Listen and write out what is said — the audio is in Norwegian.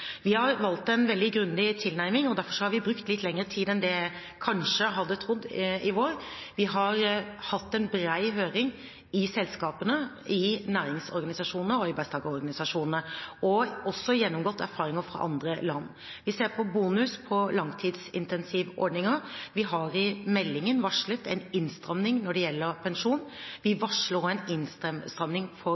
Vi har valgt en veldig grundig tilnærming. Derfor har vi brukt litt lengre tid enn det jeg kanskje trodde i fjor vår. Vi har hatt en bred høring i selskapene, i næringsorganisasjonene og i arbeidstakerorganisasjonene, og vi har også gjennomgått erfaringer fra andre land. Vi ser på bonus på langtidsintensivordninger. Vi har i meldingen varslet en innstramming når det gjelder pensjon. Vi varsler også en